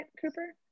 Cooper